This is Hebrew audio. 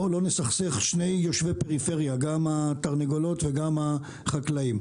בואו לא נסכסך שני יושבי פריפריה: התרנגולות והחקלאים.